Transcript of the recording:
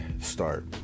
start